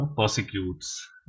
persecutes